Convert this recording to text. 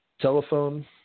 telephone